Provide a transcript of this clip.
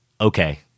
okay